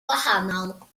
wahanol